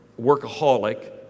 workaholic